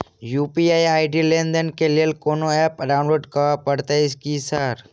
UPI ID लेनदेन केँ लेल कोनो ऐप डाउनलोड करऽ पड़तय की सर?